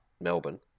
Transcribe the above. Melbourne